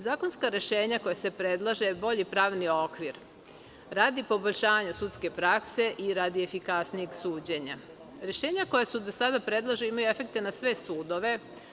Zakonska rešenja kojima se predlaže bolji pravni okvir radi poboljšanja sudske prakse i radi efikasnije suđenja, rešenja koja su do sada predložena imaju efekte na sve sudove.